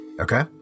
Okay